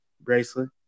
bracelet